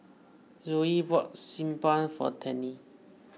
Zoe bought Xi Ban for Tennie